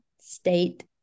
state